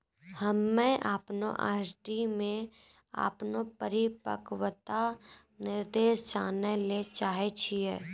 हम्मे अपनो आर.डी मे अपनो परिपक्वता निर्देश जानै ले चाहै छियै